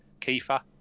Kiefer